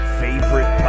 favorite